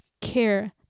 Care